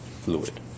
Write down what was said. fluid